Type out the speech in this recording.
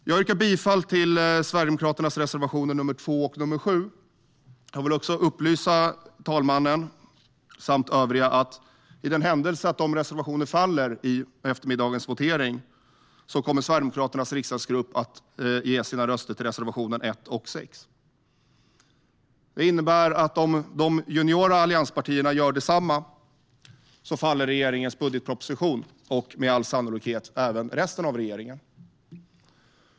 Jag yrkar bifall till Sverigedemokraternas reservationer nr 2 och nr 7. Jag vill också upplysa talmannen samt övriga om att i den händelse att de reservationerna faller i eftermiddagens votering kommer Sverigedemokraternas riksdagsgrupp att ge sina röster till reservationerna 1 och 6. Det innebär att om de juniora allianspartierna gör detsamma faller regeringens budgetproposition och med all sannolikhet även resten av regeringen.